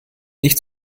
nicht